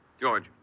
George